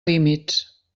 límits